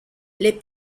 les